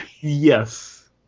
Yes